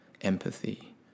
empathy